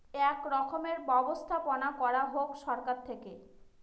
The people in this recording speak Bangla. এক রকমের ব্যবস্থাপনা করা হোক সরকার থেকে